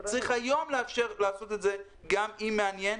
צריך היום לאפשר לעשות את זה גם עם מאמן.